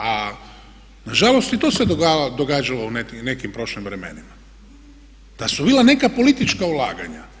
A nažalost i to se događalo u nekim prošlim vremenima, da su bila neka politička ulaganja.